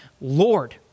Lord